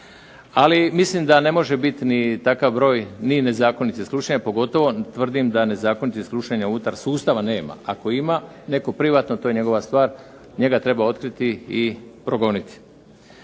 ali mislim da ne može biti ni takav broj ni nezakonitih slušanja, pogotovo tvrdim da nezakonitih slušanja unutar sustava nema. Ako ima netko privatno to je njegova stvar, njega treba otkriti i progoniti.